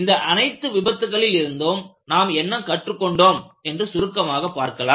இந்த அனைத்து விபத்துக்களில் இருந்தும் நாம் என்ன கற்றுக்கொண்டோம் என்று சுருக்கமாக பார்க்கலாம்